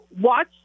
Watch